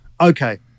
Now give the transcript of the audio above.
okay